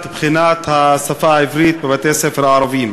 הבחינה בשפה העברית בבתי-הספר הערביים.